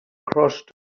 crossed